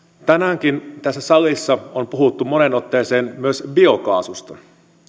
tänäänkin tässä salissa on puhuttu moneen otteeseen myös biokaasusta